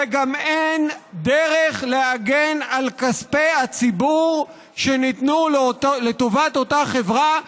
וגם אין דרך להגן על כספי הציבור שניתנו לאותה חברה,